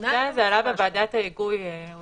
בוועדת ההיגוי זה עלה.